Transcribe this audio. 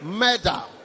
murder